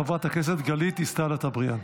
חברת הכנסת גלית דיסטל אטבריאן.